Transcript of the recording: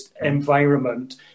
environment